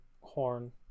horn